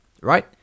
right